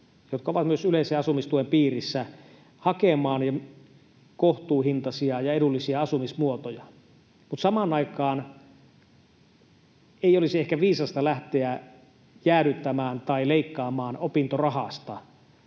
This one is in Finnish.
jotka ovat myös yleisen asumistuen piirissä, hakemaan kohtuuhintaisia ja edullisia asumismuotoja. Samaan aikaan ei olisi ehkä viisasta lähteä jäädyttämään tai leikkaamaan opintorahasta,